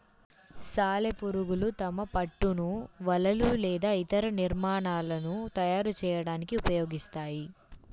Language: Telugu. సాలెపురుగులు తమ పట్టును వలలు లేదా ఇతర నిర్మాణాలను తయారు చేయడానికి ఉపయోగిస్తాయి